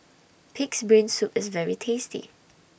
Pig'S Brain Soup IS very tasty